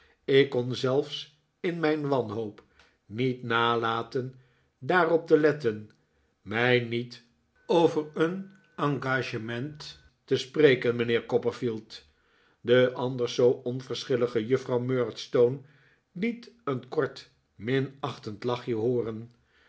ik kon zelfs in mijn wanhoop niet nalaten daarop te letten mij niet over een engagement te spreken mijnheer copperfield de anders zoo onverschillige juffrouw murdstone liet een kort minachtend lachje hooren